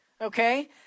Okay